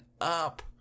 up